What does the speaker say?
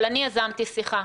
אבל אני יזמתי שיחה